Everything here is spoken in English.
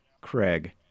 Craig